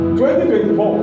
2024